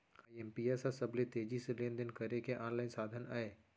IMPS ह सबले तेजी से लेन देन करे के आनलाइन साधन अय